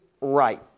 right